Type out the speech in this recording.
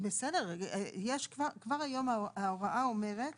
בסדר, יש, כבר היום ההוראה אומרת